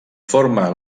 forma